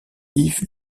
yves